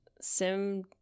Sim